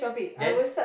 then